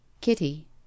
Kitty